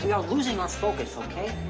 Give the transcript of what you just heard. yeah are losing our focus, okay?